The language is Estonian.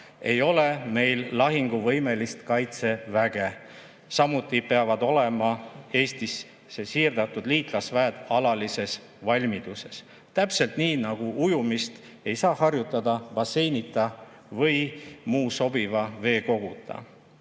ei ole meil lahinguvõimelist kaitseväge. Samuti peavad olema Eestisse siiratud liitlasväed alalises valmiduses. Täpselt nii nagu ujumist ei saa harjutada basseinita või muu sobiva veekoguta.